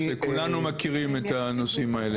כולנו מכירים את הנושאים האלה.